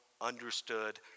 understood